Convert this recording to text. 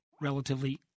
relatively